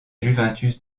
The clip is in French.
juventus